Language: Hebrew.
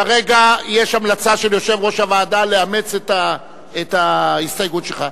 כרגע יש המלצה של יושב-ראש הוועדה לאמץ את ההסתייגות שלך.